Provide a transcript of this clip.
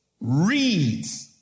reads